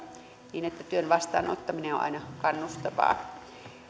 niin että työn vastaanottaminen on aina kannustavaa